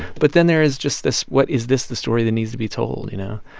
but then there is just this what is this the story that needs to be told, you know?